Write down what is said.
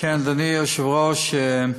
אדוני היושב-ראש,